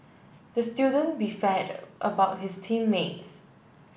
the student about his team mates